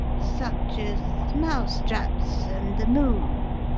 such as mouse-traps, and the moon,